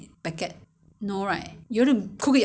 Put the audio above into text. buy all the all those different